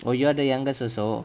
oh you're the youngest also